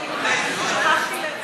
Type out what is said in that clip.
גברתי היושבת-ראש,